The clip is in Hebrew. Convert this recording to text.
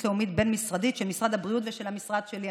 לאומית בין-משרדית של משרד הבריאות והמשרד שלי,